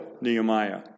Nehemiah